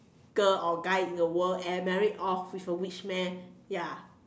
girl or guy in the world and marry off with a rich man ya